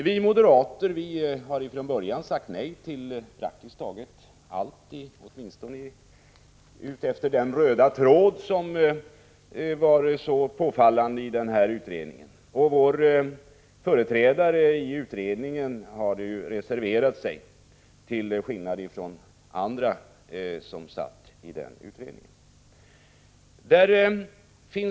Vi moderater har från början sagt nej till praktiskt taget allt som hänför sig till den röda tråd som varit så påfallande i utredningen, och vår företrädare i utredningen har, till skillnad från andra ledamöter i utredningen, reserverat sig.